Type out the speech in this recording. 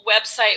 website